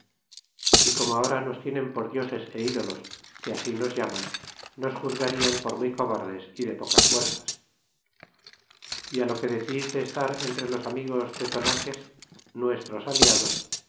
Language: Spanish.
y como ahora nos tienen por dioses y ídolos que así nos llaman nos juzgarían por muy cobardes y de pocas fuerzas y á lo que decis de estar entre los amigos tetonaques nuestros aliados